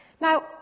Now